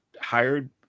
hired